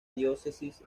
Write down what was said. diócesis